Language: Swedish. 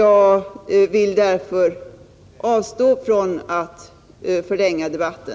Jag vill därför avstå från att förlänga debatten.